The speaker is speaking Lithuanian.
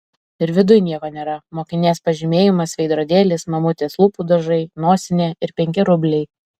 ir viduj nieko nėra mokinės pažymėjimas veidrodėlis mamutės lūpų dažai nosinė ir penki rubliai